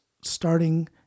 starting